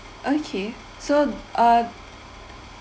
okay so uh